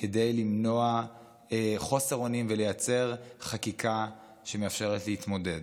כדי למנוע חוסר אונים ולייצר חקיקה שמאפשרת להתמודד.